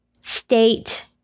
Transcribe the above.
state